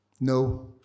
No